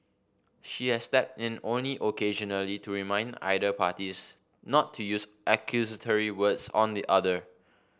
she has step in only occasionally to remind either parties not to use accusatory words on the other